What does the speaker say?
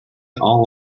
all